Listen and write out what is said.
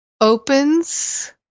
opens